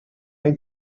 این